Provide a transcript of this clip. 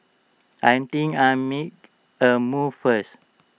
I think I'll make A move first